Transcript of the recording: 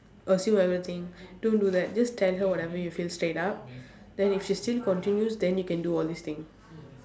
assume everything don't do that just tell her whatever you feel straight up then if she still continues then you can do all these things